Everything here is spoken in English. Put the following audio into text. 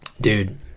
Dude